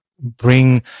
bring